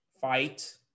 fight